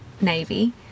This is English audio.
Navy